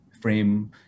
frame